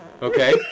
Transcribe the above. Okay